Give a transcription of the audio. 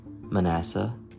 Manasseh